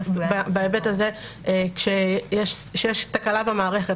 בהיבט הזה כשיש תקלה במערכת,